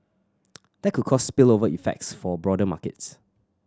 that could cause spillover effects for broader markets